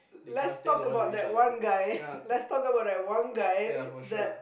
let's talk about that one guy let's talk about that one guy that